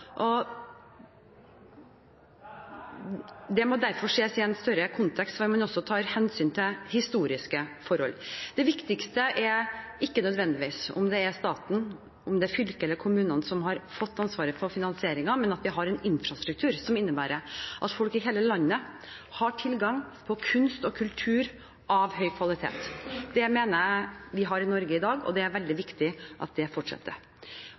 Det må derfor ses i en større kontekst, hvor man også tar hensyn til historiske forhold. Det viktigste er ikke nødvendigvis om det er staten, fylket eller kommunene som har fått ansvaret for finansieringen, men at vi har en infrastruktur som innebærer at folk i hele landet har tilgang på kunst og kultur av høy kvalitet. Det mener jeg vi har i Norge i dag, og det er veldig viktig at det fortsetter.